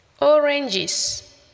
Oranges